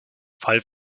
fall